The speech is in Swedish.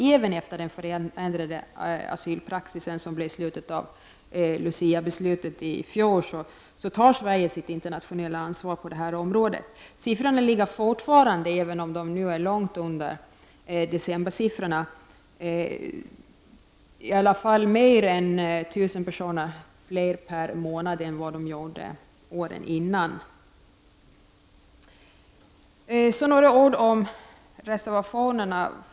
Även efter den förändrade asylpraxis som blev resultatet av beslutet den 13 december i fjol tar Sverige sitt internationella ansvar på detta område. Antalet ligger fortfarande, även om det nu ligger långt under decembernivån, på mer än 1 000 personer fler per månad, om man jämför med föregående års antal. Så några ord om reservationerna.